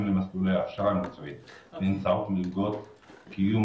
למסלולי הכשרה מקצועית באמצעות מלגות קיום